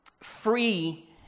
free